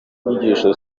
inyigisho